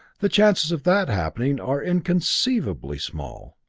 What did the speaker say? the chances of that happening are inconceivably small.